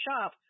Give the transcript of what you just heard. shop